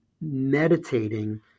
meditating